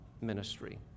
ministry